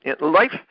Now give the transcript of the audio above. Life